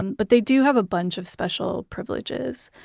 and but they do have a bunch of special privileges.